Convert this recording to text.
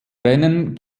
rennen